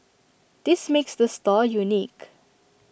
this makes the store unique